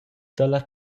dalla